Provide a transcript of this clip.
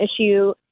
issue